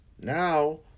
now